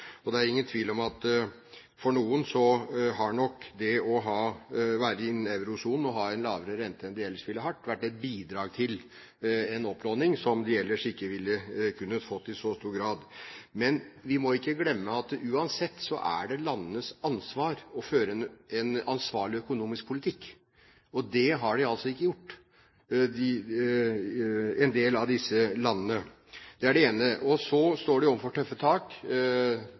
og det er ingen tvil om at for noen har nok det å være innen eurosonen, med en lavere rente enn de ellers ville hatt, bidratt til en opplåning som de ellers ikke ville fått i så stor grad. Men vi må ikke glemme at uansett er det landenes ansvar å føre en ansvarlig økonomisk politikk, og det har en del av disse landene altså ikke gjort. Det er det ene. Så står de overfor tøffe tak. Det er nok krevende for noen av disse landene å skulle investere seg ut av problemene. Men det